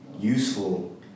useful